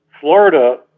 Florida